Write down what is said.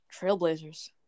Trailblazers